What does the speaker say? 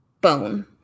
bone